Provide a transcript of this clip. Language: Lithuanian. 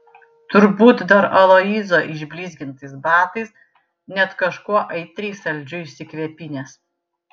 turbūt dar aloyzo išblizgintais batais net kažkuo aitriai saldžiu išsikvepinęs